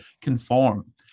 conform